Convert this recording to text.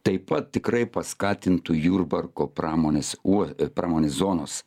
taip pat tikrai paskatintų jurbarko pramonės uo pramonės zonos